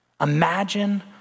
Imagine